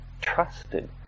trusted